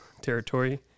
territory